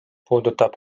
puudutab